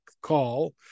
Call